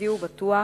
ייחודי ובטוח,